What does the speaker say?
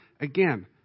Again